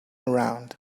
around